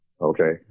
Okay